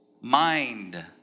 Mind